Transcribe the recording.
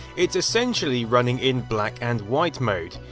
it's essentially running in black and white mode.